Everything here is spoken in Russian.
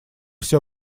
всё